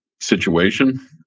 situation